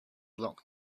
locked